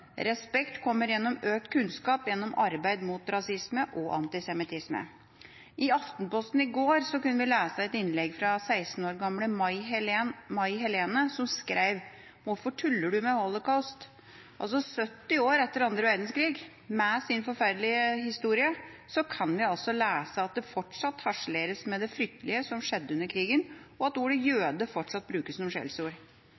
Respekt kommer gjennom økt kunnskap gjennom arbeid mot rasisme og antisemittisme. I Aftenposten i går kunne vi lese et innlegg fra 16 år gamle May Helene, som skrev: «Hvorfor tuller du med Holocaust?» 70 år etter annen verdenskrig, med sin forferdelige historie, kan vi lese at det fortsatt harseleres med det fryktelige som skjedde under krigen, og at ordet «jøde» fortsatt brukes som skjellsord.